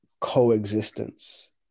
coexistence